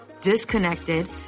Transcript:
disconnected